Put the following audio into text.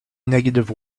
negative